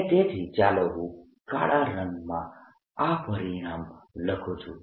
અને તેથી ચાલો હું કાળા રંગમાં આ પરિણામ લખું છું